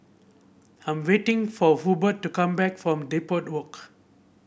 I'm waiting for Hubbard to come back from Depot Walk